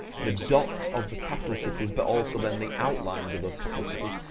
the dots of the capital cities but also then the outlines of those capital cities,